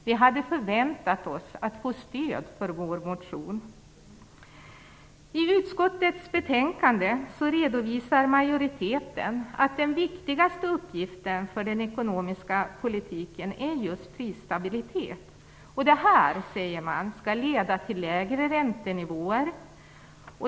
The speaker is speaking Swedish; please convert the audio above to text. Vi hade förväntat oss att få stöd för vår motion.I utskottets betänkande redovisar majoriteten att den viktigaste uppgiften för den ekonomiska politiken är just prisstabilitet. Man säger att detta skall leda till lägre räntenivåer.